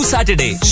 Saturday